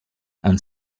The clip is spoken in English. and